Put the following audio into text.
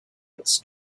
its